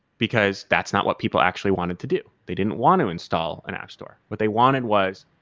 because that's not what people actually wanted to do. they didn't want to install an app store. what they wanted was,